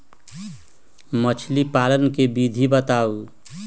मछली पालन के विधि बताऊँ?